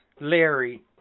Larry